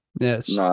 yes